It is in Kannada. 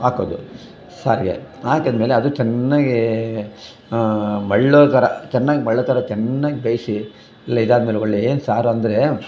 ಹಾಕೋದು ಸಾರಿಗೆ ಹಾಕದ್ಮೇಲೆ ಅದು ಚೆನ್ನಾಗಿ ಮಳ್ಳೋ ಥರ ಚೆನ್ನಾಗಿ ಮಳ್ಳೋ ಥರ ಚೆನ್ನಾಗಿ ಬೇಯಿಸಿ ಎಲ್ಲ ಇದಾದ್ಮೇಲೆ ಒಳ್ಳೆಯ ಏನು ಸಾರಂದರೆ